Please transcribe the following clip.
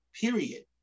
period